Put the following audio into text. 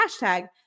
hashtag